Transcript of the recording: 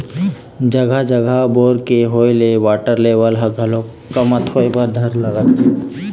जघा जघा बोर के होय ले वाटर लेवल ह घलोक कमती होय बर धर ले हवय